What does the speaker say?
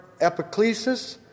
Epiclesis